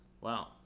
Wow